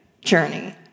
journey